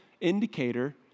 indicator